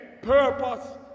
Purpose